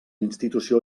institució